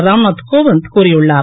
Ramnath Kovind கூறியுன்னார்